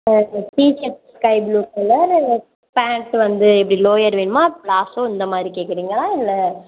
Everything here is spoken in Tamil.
இப்போ T shirt sky blue colour pant வந்து இப்படி லோயர் வேணுமா பிளாசோ இந்தமாதிரி கேட்குறீங்களா இல்லை